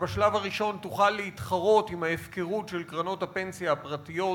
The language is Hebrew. שבשלב הראשון תוכל להתחרות עם ההפקרות של קרנות הפנסיה הפרטיות